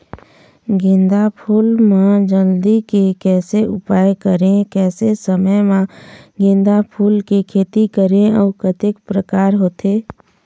गेंदा फूल मा जल्दी के कैसे उपाय करें कैसे समय मा गेंदा फूल के खेती करें अउ कतेक प्रकार होथे?